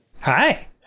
Hi